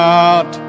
out